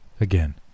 Again